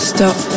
Stop